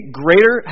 greater